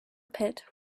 pit